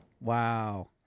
Wow